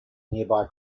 nearby